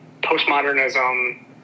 postmodernism